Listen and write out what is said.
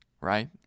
right